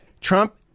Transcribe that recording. Trump